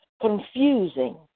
confusing